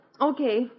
Okay